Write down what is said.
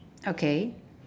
okay